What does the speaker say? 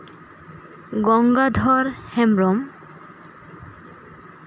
Gangadhar Hembrom